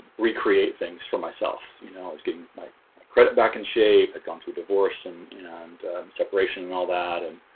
recreate things for myself, you know as getting my credit back in shape had gone through divorce and and separation and all that and